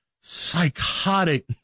psychotic